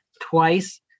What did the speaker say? twice